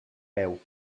veu